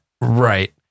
Right